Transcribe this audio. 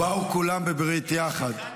ובאו כולם בברית יחד.